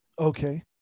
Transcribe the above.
Okay